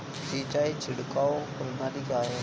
सिंचाई छिड़काव प्रणाली क्या है?